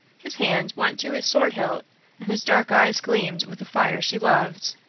his hand went to his sword-hilt and his dark eyes gleamed with the fire she loved.